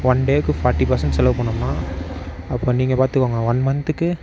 one டேக்கு forty percent செலவு பண்ணிணோம்னா அப்போ நீங்கள் பார்த்துக்கோங்க ஒன் மன்த்துக்கு